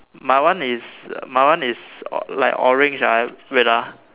my one is my one is like orange ah wait ah